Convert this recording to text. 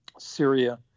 Syria